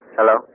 Hello